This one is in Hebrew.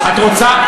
את רוצה,